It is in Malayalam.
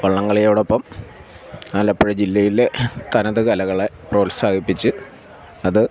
വള്ളംകളിയോടൊപ്പം ആലപ്പുഴ ജില്ലയിലെ തനതു കലകളെ പ്രോത്സാഹിപ്പിച്ച് അത്